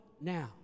now